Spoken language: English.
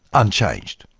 unchanged.